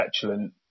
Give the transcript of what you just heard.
petulant